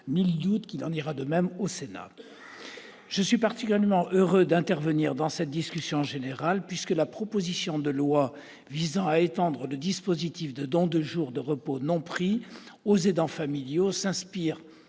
Nul doute qu'il en ira de même au Sénat. Je suis particulièrement heureux d'intervenir dans cette discussion générale. En effet, cette proposition de loi visant à étendre le dispositif de dons de jours de repos non pris aux aidants familiaux s'inspire